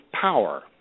power